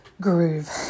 groove